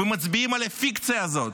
ומצביעים על הפיקציה הזאת.